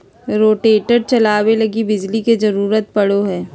rotator चलावे लगी बिजली के जरूरत पड़ो हय